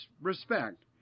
respect